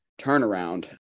turnaround